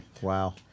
Wow